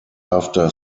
after